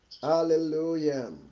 hallelujah